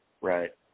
Right